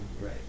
right